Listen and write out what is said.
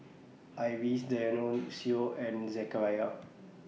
Iris and Zechariah